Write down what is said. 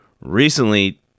recently